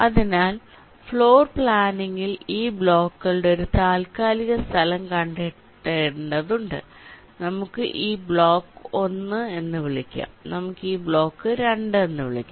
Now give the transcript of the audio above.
അതിനാൽ ഫ്ലോർ പ്ലാനിംഗിൽ ഈ ബ്ലോക്കുകളുടെ ഒരു താൽക്കാലിക സ്ഥലം കണ്ടെത്തേണ്ടതുണ്ട് നമുക്ക് ഈ ബ്ലോക്ക് 1 എന്ന് വിളിക്കാം നമുക്ക് ഈ ബ്ലോക്ക് 2 എന്ന് വിളിക്കാം